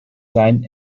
sein